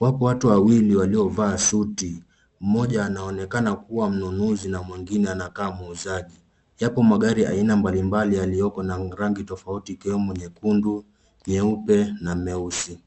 Wapu watu wawili walio vaa suti, moja naonekana kuwa mnunuzi na mwengine anaka muuzaji. Yapo magari aina mbalimbali alioko na rangi tofauti ikiwemo nyekundu, nyeupe na meusi.